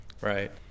Right